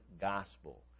gospel